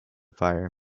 fire